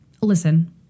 Listen